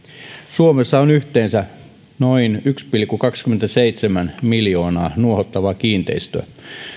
suomessa on yhteensä noin yksi pilkku kaksikymmentäseitsemän miljoonaa nuohottavaa kiinteistöä